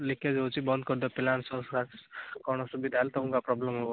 leakage ହେଉଛି ବନ୍ଦ କରିଦିଅ ପିଲାମାନେ ସର୍ଟ ସାର୍କିଟ୍ କଣ ଅସୁବିଧା ହେଲେ ତମକୁ ପ୍ରୋବ୍ଲେମ୍ ହବ